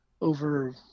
over